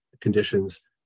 conditions